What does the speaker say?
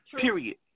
Period